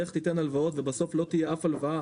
לך תיתן הלוואות ובסוף לא תהיה אף הלוואה,